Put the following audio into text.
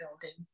building